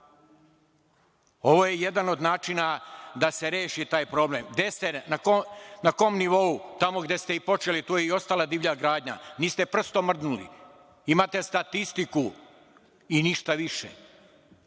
je jedan od načina da se reši taj problem. Na kom nivou je? Tamo gde ste i počeli, tu je i ostala divlja gradnja. Niste prstom mrdnuli. Imate statistiku i ništa više.